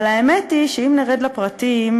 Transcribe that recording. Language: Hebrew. אבל האמת היא שאם נרד לפרטים,